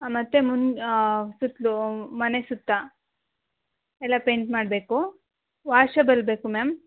ಮತ್ತೆ ಮುಂ ಸುತ್ತಲೂ ಮನೆ ಸುತ್ತ ಎಲ್ಲ ಪೈಂಟ್ ಮಾಡಬೇಕು ವಾಶೇಬಲ್ ಬೇಕು ಮ್ಯಾಮ್